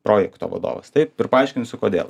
projekto vadovas taip ir paaiškinsiu kodėl